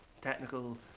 technical